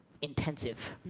intensive.